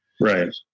Right